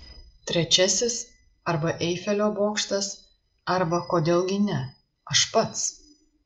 trečiasis arba eifelio bokštas arba kodėl gi ne aš pats